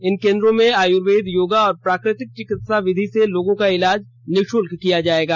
इन केंद्रों में आयुर्वेद योगा और प्राकृतिक चिकित्सा विधि से लोगों का इलाज निःशुल्क किया जाएगा